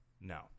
No